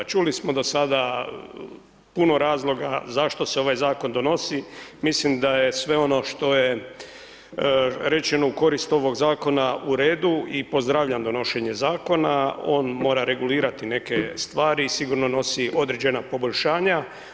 Čuli smo do sada puno razloga zašto se ovaj zakon donosi, mislim da je sve ono što je rečeno u korist ovog zakona u redu i pozdravljam donošenje zakona, on mora regulirati neke stvari i sigurno nosi određena poboljšanja.